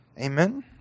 Amen